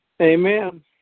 Amen